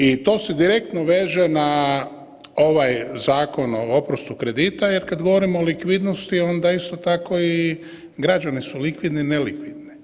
I to se direktno veže na ovaj zakon o oprostu kredita jer kad govorimo o likvidnosti onda isto tako i građani su likvidni i nelikvidni.